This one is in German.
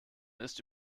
ist